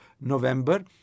November